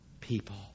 people